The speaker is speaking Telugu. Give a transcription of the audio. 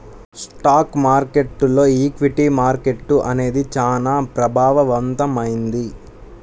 స్టాక్ మార్కెట్టులో ఈక్విటీ మార్కెట్టు అనేది చానా ప్రభావవంతమైంది